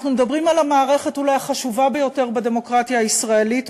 אנחנו מדברים על המערכת אולי החשובה ביותר בדמוקרטיה הישראלית,